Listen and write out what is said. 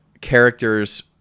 characters